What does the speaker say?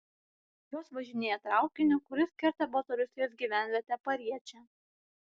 jos važinėja traukiniu kuris kerta baltarusijos gyvenvietę pariečę